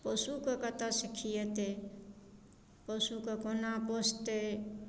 पशुकेँ कतयसँ खिएतै पशुकेँ कोना पोसतै